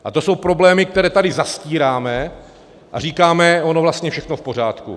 A to jsou problémy, které tady zastíráme a říkáme, ono je vlastně všechno v pořádku.